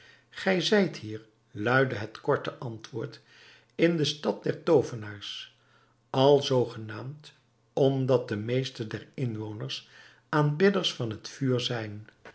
gij zijt hier luidde het korte antwoord in de stad der toovenaars alzoo genaamd omdat de meeste der inwoners aanbidders van het vuur zijn